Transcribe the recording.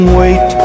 wait